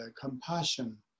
compassion